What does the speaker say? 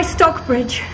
Stockbridge